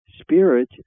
Spirit